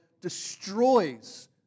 destroys